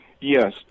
yes